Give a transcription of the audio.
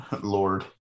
Lord